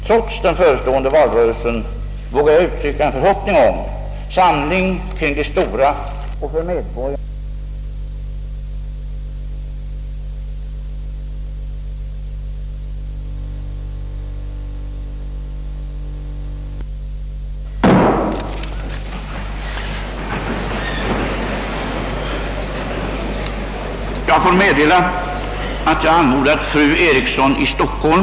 Trots den förestående valrörelsen vågar jag uttrycka en förhoppning om samling kring de stora och för medborgarna centrala frågor som vårriksdagen kommer att besluta om.